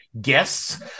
guests